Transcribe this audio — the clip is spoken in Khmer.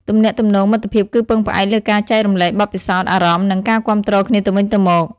ទំនាក់ទំនងមិត្តភាពគឺពឹងផ្អែកលើការចែករំលែកបទពិសោធន៍ អារម្មណ៍ និងការគាំទ្រគ្នាទៅវិញទៅមក។